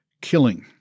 killing